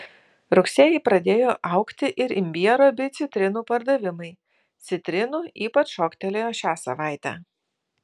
rugsėjį pradėjo augti ir imbiero bei citrinų pardavimai citrinų ypač šoktelėjo šią savaitę